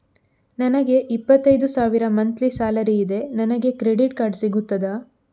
ನನಗೆ ಇಪ್ಪತ್ತೈದು ಸಾವಿರ ಮಂತ್ಲಿ ಸಾಲರಿ ಇದೆ, ನನಗೆ ಕ್ರೆಡಿಟ್ ಕಾರ್ಡ್ ಸಿಗುತ್ತದಾ?